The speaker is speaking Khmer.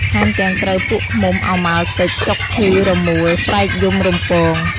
ថែមទាំងត្រូវពួកឃ្មុំ ឪម៉ាល់ទិច ចុកឈឺរមូល ស្រែកយំរំពង។